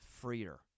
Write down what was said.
freer